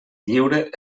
lliure